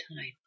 time